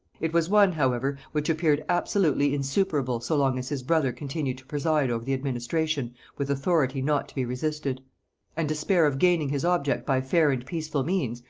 it was one, however, which appeared absolutely insuperable so long as his brother continued to preside over the administration with authority not to be resisted and despair of gaining his object by fair and peaceful means,